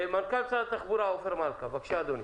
מנכ"ל שר התחבורה עופר מלכה, בבקשה אדוני.